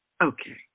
Okay